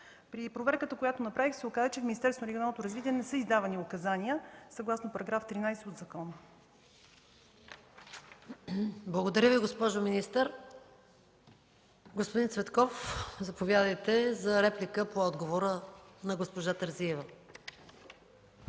При проверката, която направих, се оказа, че Министерството на регионалното развитие не е издавало указания, съгласно § 13 от закона. ПРЕДСЕДАТЕЛ МАЯ МАНОЛОВА: Благодаря Ви, госпожо министър. Господин Цветков, заповядайте за реплика по отговора на госпожа Терзиева.